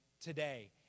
today